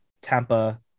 Tampa